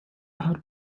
are